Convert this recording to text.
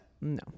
No